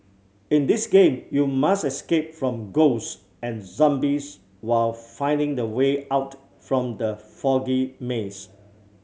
in this game you must escape from ghost and zombies while finding the way out from the foggy maze